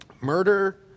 murder